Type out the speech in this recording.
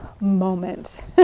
moment